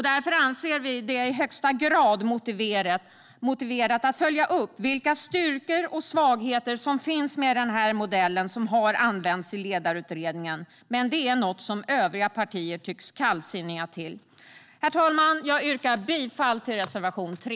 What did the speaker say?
Därför anser vi det i högsta grad motiverat att följa upp styrkor och svagheter med den modell som har använts i Ledningsutredningen. Övriga partier tycks dock vara kallsinniga till detta. Herr talman! Jag yrkar bifall till reservation 3.